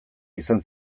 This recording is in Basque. izan